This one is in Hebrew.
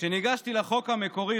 כשניגשתי לחוק המקורי,